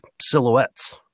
silhouettes